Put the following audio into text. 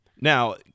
Now